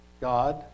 God